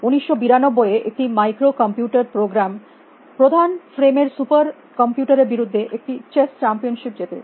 1992 এ একটি microcomputer program প্রধান ফ্রেম এর সুপার কম্পিউটার এর বিরুদ্ধে একটি চেস চ্যাম্পিয়নশিপ জেতে